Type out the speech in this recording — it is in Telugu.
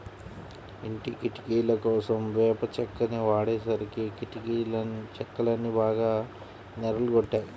ఇంటి కిటికీలకోసం వేప చెక్కని వాడేసరికి కిటికీ చెక్కలన్నీ బాగా నెర్రలు గొట్టాయి